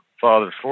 father's